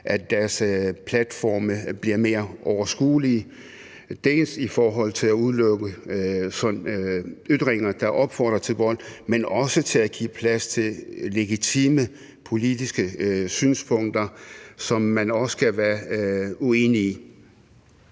at deres platforme bliver mere overskuelige, dels i forhold til at udelukke ytringer, der opfordrer til vold, dels i forhold til at give plads til legitime politiske synspunkter, som man også kan være uenig i.